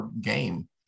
game